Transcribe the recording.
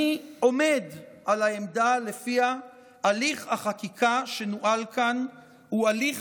אני עומד על העמדה שלפיה הליך החקיקה שנוהל כאן הוא הליך